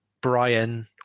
Brian